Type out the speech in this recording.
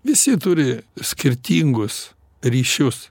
visi turi skirtingus ryšius